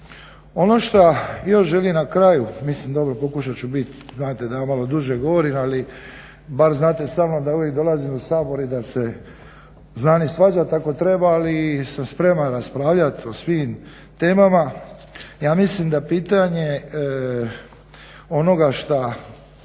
ono šta još želim na kraju mislim dobro pokušat ću bit, znate da ja malo duže govorim ali bar znate da uvijek dolazim u Sabor i da se znam i svađat ako treba ali sam spreman raspravljat o svim temama. Ja mislim da pitanje onoga šta